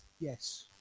yes